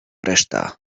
reszta